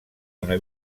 una